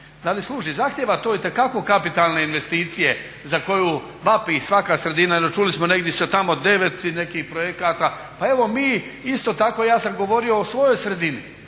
da li služi. Zahtjeva to itekako kapitalne investicije za koju vapi svaka sredina. Čuli smo negdje se tamo 9 nekih projekata pa evo mi isto tako ja sam govorio o svojoj sredini